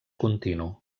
continu